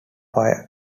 fire